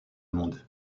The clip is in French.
monde